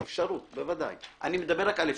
אפשרות, בוודאי, אני מדבר רק על אפשרות.